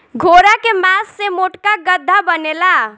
घोड़ा के मास से मोटका गद्दा बनेला